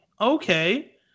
okay